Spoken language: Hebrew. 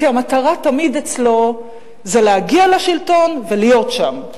כי המטרה אצלו תמיד זה להגיע לשלטון ולהיות שם.